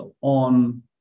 on